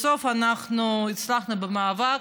בסוף אנחנו הצלחנו במאבק,